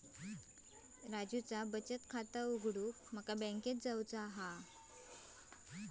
राजूचा बचत खाता उघडूक माका बँकेत जावचा हा